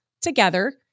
together